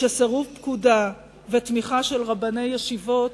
שסירוב פקודה ותמיכה של רבני ישיבות